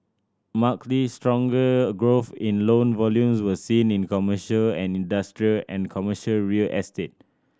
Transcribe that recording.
markedly stronger growth in loan volumes was seen in commercial and industrial and commercial real estate